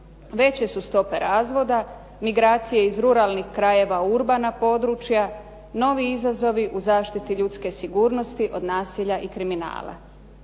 veće su stope razvoda, migracije iz ruralnih krajeva ubrana područja, novi izazovi u zaštiti ljudske sigurnosti od nasilja i kriminala.